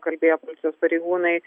kalbėjo policijos pareigūnai